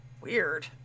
weird